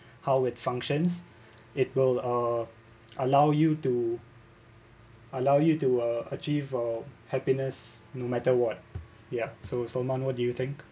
how it functions it will uh allow you to allow you to uh achieve uh happiness no matter what ya so so now what do you think